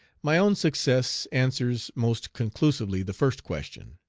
my own success answers most conclusively the first question,